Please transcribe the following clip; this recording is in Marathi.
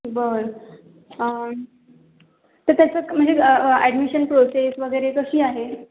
बरं तर त्याचं म्हणजे ॲडमिशन प्रोसेस वगैरे कशी आहे